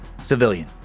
Civilian